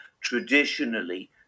traditionally